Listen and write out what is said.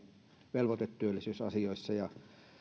velvoitetyöllisyysasioissa ja